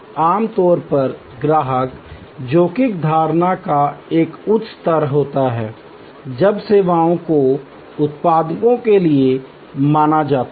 आमतौर पर ग्राहक जोखिम धारणा का एक उच्च स्तर होता है जब सेवाओं को उत्पादों के लिए माना जाता है